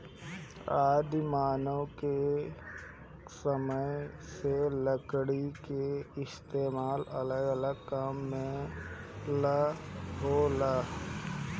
आदि मानव के समय से लकड़ी के इस्तेमाल अलग अलग काम ला होला